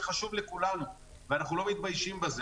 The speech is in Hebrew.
זה חשוב לכולנו ואנחנו לא מתביישים בזה.